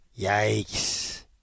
yikes